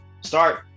Start